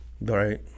Right